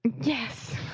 yes